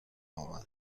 آمد